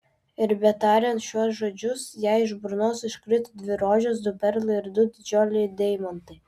ir betariant šiuos žodžius jai iš burnos iškrito dvi rožės du perlai ir du didžiuliai deimantai